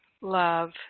love